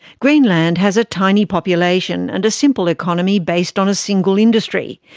greenland has a tiny population and a simple economy based on a single industry.